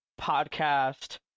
podcast